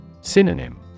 Synonym